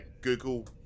google